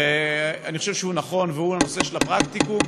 שאני חושב שהוא נכון, והוא הנושא של הפרקטיקום.